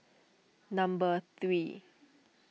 number three